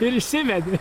ir išsivedė dvi